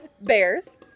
bears